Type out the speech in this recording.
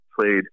played